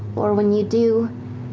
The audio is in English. or when you do,